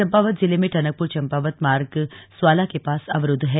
चम्पावत जिले में टनकपुर चम्पावत मार्ग स्वाला के पास अवरुद्व है